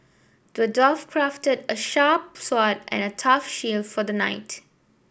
the dwarf crafted a sharp sword and a tough shield for the knight